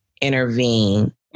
intervene